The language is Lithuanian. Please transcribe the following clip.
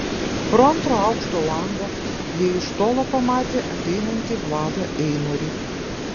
pro antro aukšto langą jie iš tolo pamatė ateinantį vladą einorį